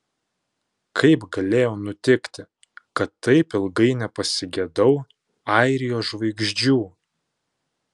kaip galėjo nutikti kad taip ilgai nepasigedau airijos žvaigždžių